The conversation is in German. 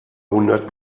hundert